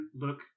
look